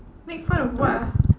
make fun of what ah